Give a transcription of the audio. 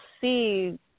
see